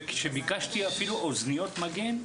כשביקשתי אפילו אוזניות מגן,